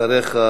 אחריך,